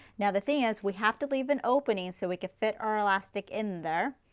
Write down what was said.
now the thing is we have to leave an opening so we can fit our elastic in there.